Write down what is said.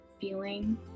feeling